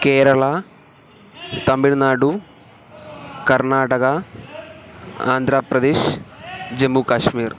केरला तमिळनाडु कर्नाटका आन्ध्रप्रदेशः जम्मुकाश्मीर्